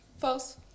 False